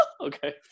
Okay